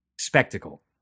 spectacle